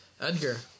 Edgar